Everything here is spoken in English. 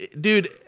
Dude